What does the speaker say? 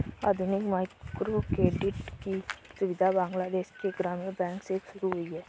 आधुनिक माइक्रोक्रेडिट की सुविधा बांग्लादेश के ग्रामीण बैंक से शुरू हुई है